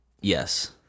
Yes